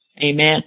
amen